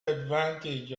advantage